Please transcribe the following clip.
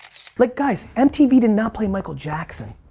like guys, mtv did not play michael jackson.